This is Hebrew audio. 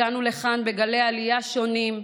הגענו לכאן בגלי עלייה שונים: